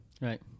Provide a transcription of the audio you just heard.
Right